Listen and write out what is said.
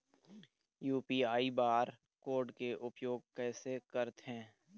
UPI bar code के उपयोग कैसे करथें?